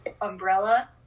umbrella